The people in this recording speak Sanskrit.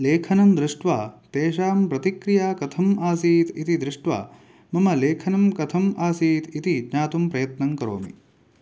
लेखनं दृष्ट्वा तेषां प्रतिक्रिया कथम् आसीत् इति दृष्ट्वा मम लेखनं कथम् आसीत् इति ज्ञातुं प्रयत्नं करोमि